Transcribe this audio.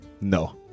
No